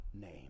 name